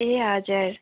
ए हजुर